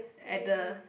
at the